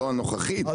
לא הנוכחית,